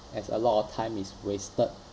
as a lot of time is wasted